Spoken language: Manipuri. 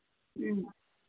ꯎꯝ